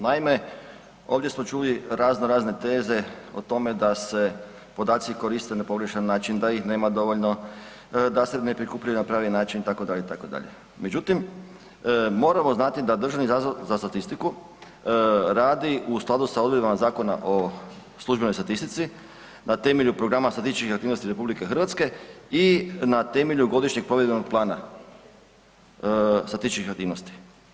Naime, ovdje smo čuli razno razne teze o tome da se podaci koriste na pogrešan način da ih nema dovoljno, da se ne prikupljaju na pravi način itd., itd., međutim moramo znati da DZS radi u skladu sa odredbama Zakona o službenoj statistici na temelju programa statističkih aktivnosti RH i na temelju godišnjeg provedbenog plana statističkih aktivnosti.